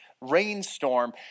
rainstorm